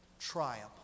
triumph